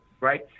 right